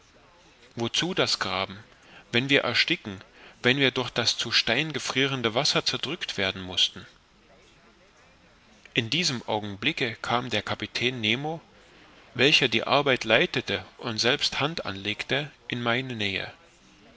wozu das graben wenn wir ersticken wenn wir durch das zu stein gefrierende wasser zerdrückt werden mußten in diesem augenblicke kam der kapitän nemo welcher die arbeit leitete und selbst hand anlegte in meine nähe